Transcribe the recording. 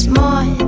more